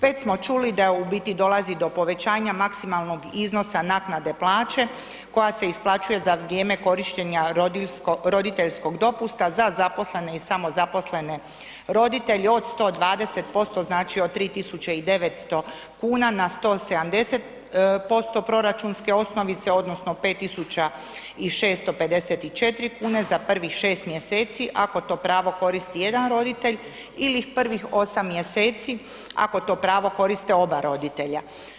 Već smo čuli da u biti dolazi do povećanja maksimalnog iznosa naknade plaće koja se isplaćuje za vrijeme korištenja roditeljskog dopusta za zaposlene i samozaposlene roditelje od 120%, znači od 3.900,00 kn na 170% proračunske osnovice odnosno 5.654,00 kn za prvih 6. mjeseci ako to pravo koristi jedan roditelj ili prvih 8. mjeseci ako to pravo koriste oba roditelja.